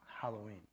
Halloween